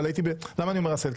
למה אני אומר בעשהאל?